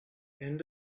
end